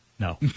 No